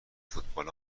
فوتبال